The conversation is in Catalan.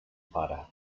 pare